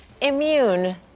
immune